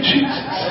Jesus